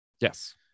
yes